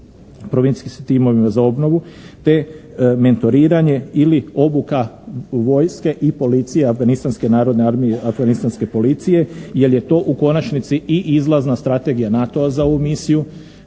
provincijskim timovima za obnovu te mentoriranje ili obuka vojske i policije Afganistanske narodne armije, Afganistanske policije jer je to u konačnici i izlazna strategija NATO-a za ovu misiju